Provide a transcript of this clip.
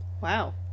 wow